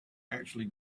actually